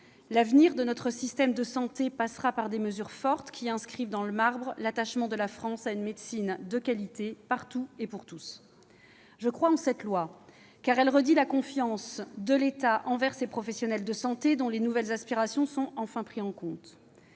L'avenir de notre système de santé passera par des mesures fortes, qui inscrivent dans le marbre l'attachement de la France à une médecine de qualité partout et pour tous. Je crois en cette loi, car elle redit la confiance de l'État envers les professionnels de santé, dont les nouvelles aspirations sont enfin prises en compte.